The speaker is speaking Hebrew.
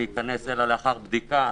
להיכנס אלא לאחר בדיקה,